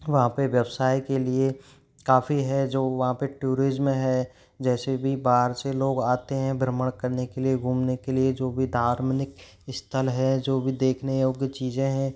वहाँ पे व्यवसाय के लिए काफ़ी है जो वहाँ पे टूरिज्म है जैसे भी बाहर से लोग आते हैं भ्रमण करने के लिए घूमने के लिए जो भी धर्मानिक स्थल है जो भी देखने योग्य चीज़ें हैं